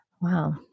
wow